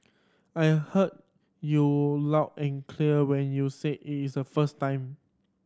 I heard you loud and clear when you said a first time